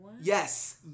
yes